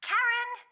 Karen